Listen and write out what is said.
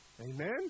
Amen